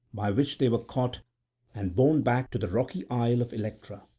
by which they were caught and borne back to the rocky isle of electra.